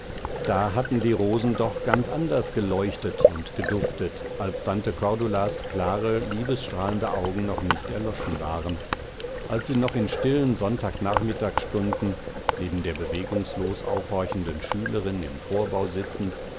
da hatten die rosen doch anders geleuchtet und geduftet als tante cordulas klare liebestrahlende augen noch nicht erloschen waren als sie noch in stillen sonntagnachmittagsstunden neben der bewegungslos aufhorchenden schülerin im vorbau sitzend